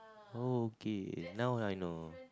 okay now I know